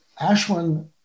Ashwin